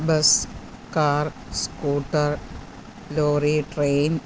bus car scooter lorry train